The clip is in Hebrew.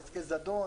נזקי זדון.